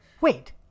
Wait